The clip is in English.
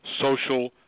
Social